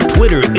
Twitter